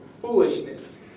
Foolishness